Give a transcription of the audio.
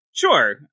Sure